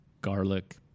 garlic